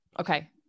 Okay